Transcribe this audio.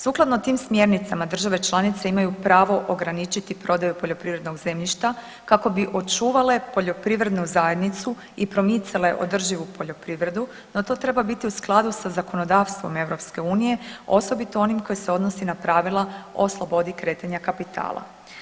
Sukladno tim smjernicama država članice imaju pravo ograničiti prodaju poljoprivrednog zemljišta kako bi očuvale poljoprivrednu zajednicu i promicale održivu poljoprivredu, no to treba biti u skladu sa zakonodavstvom Europske unije, osobito onim koje se odnosi na pravila o slobodi kretanja kapitala.